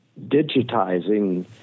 digitizing